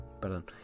perdón